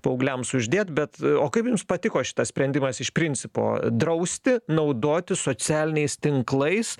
paaugliams uždėt bet o kaip jums patiko šitas sprendimas iš principo drausti naudotis socialiniais tinklais